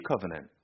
Covenant